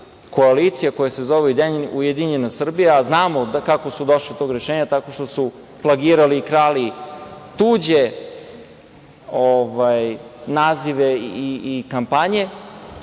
koja se zove „Ujedinjena Srbija“, a znamo kako su došli do tog rešenja, tako što su plagirali i krali tuđe nazive i kampanje